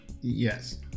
Yes